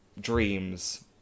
dreams